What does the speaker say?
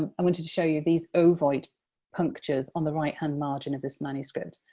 um i wanted to show you these ovoid punctures on the right-hand margin of this manuscript.